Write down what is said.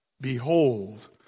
Behold